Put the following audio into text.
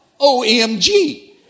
OMG